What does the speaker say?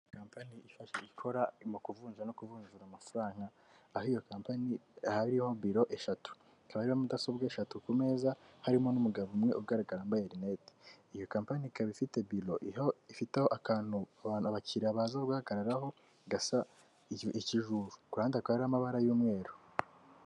Kampani ikora mu kuvunja no kuvunjira amafaranga, aho iyo kampanyi hariho biro eshatu, hakaba hariho mudasobwa eshatu ku meza, harimo n'umugabo umwe ugaragara wambaye rinete. Iyo Kampani ikaba ifite bilo ifiteho akantu abakiriya baza kuguhagararaho gasa ikiju, kuruhande hakaba hari amabara y'umweru.